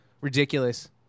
ridiculous